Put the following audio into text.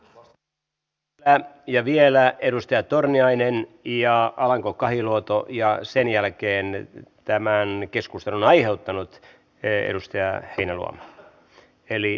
ja vielä edustaja torniainen ja alanko kahiluoto ja sen jälkeen tämän keskustelun aiheuttanut edustaja heinäluoma